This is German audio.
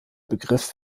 begriff